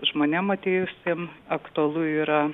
žmonėm atėjusiem aktualu yra